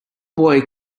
boy